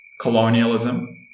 colonialism